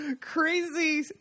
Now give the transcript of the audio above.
crazy